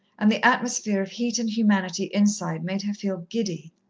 and the atmosphere of heat and humanity inside made her feel giddy.